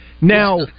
Now